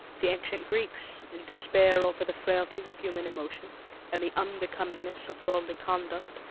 the ancient greeks, in despair over the frailties of human emotion and the unbecomingness of worldly conduct,